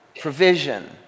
Provision